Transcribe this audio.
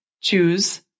choose